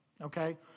Okay